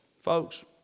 folks